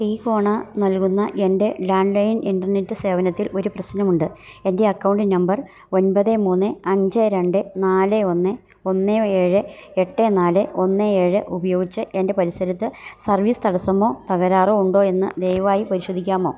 ടികോണ നൽകുന്ന എൻ്റെ land line internet സേവനത്തിൽ ഒരു പ്രശ്നമുണ്ട് എൻ്റെ അക്കൗണ്ട് നമ്പർ ഒൻപത് മൂന്ന് അഞ്ച് രണ്ട് നാല് ഒന്ന് ഒന്ന് ഏഴ് എട്ട് നാല് ഒന്ന് ഏഴ് ഉപയോഗിച്ച് എൻ്റെ പരിസരത്ത് സർവീസ് തടസ്സമോ തകരാറോ ഉണ്ടോയെന്ന് ദയവായി പരിശോധിക്കാമോ